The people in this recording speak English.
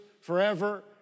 forever